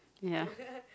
ya